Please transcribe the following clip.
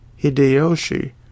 Hideyoshi